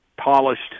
polished